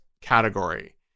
category